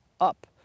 up